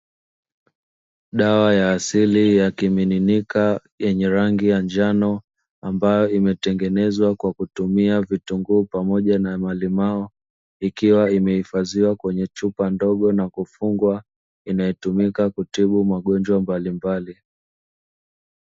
Dawa ya asili ya kimiminika yenye rangi ya njano ambayo imetengenezwa kwa kutumia vitunguu pamoja na malimao, ikiwa imehifadhiwa kwenye chupa ndogo na kufungwa inayotumika kutibu magonjwa mbalimbali.